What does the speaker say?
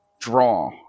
draw